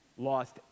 lost